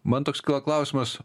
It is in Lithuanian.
man toks kyla klausimas